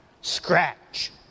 scratch